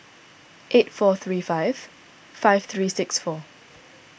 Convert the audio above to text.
eight four three five five three six four